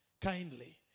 kindly